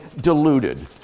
deluded